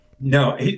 no